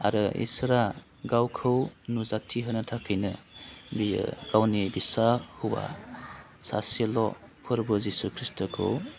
आरो ईसोरा गावखौ नुजाथिहोनो थाखायनो बियो गावनि बिसा हौवा सासेल' फोरबो जिशु खृष्ट'खौ